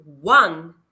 one